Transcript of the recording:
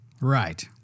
Right